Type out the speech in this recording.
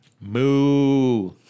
Moo